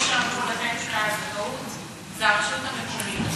מי שאמור לתת את הזכאות זה הרשות המקומית.